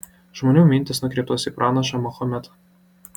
žmonių mintys nukreiptos į pranašą mahometą